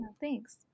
Thanks